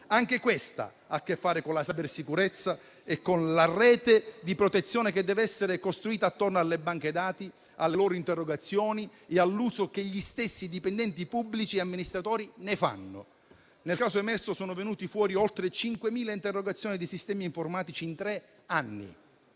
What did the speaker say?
Anche questo ha a che fare con la cybersicurezza e con la rete di protezione che dev'essere costruita attorno alle banche dati, alle loro interrogazioni e all'uso che gli stessi dipendenti pubblici amministratori ne fanno. Nel caso emerso, sono venute fuori oltre 5.000 interrogazioni dei sistemi informatici in tre anni